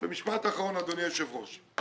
משפט אחרון אדוני היושב ראש.